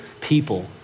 people